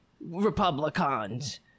republicans